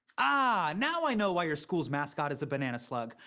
ah, now i know why your school's mascot is a banana slug.